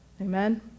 Amen